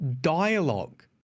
dialogue